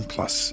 Plus